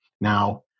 Now